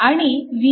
आणि V0